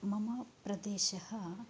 मम प्रदेश